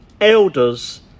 elders